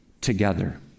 together